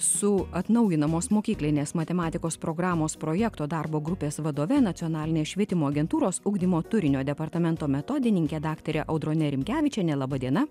su atnaujinamos mokyklinės matematikos programos projekto darbo grupės vadove nacionalinės švietimo agentūros ugdymo turinio departamento metodininke daktare audrone rimkevičiene laba diena